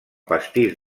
pastís